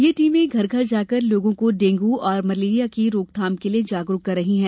ये टीमें घर घर जाकर लोगों को डेंगू और मलेरिया की रोकथाम के लिए जागरुक भी कर रही है